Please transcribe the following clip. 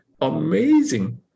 amazing